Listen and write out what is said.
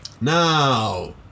Now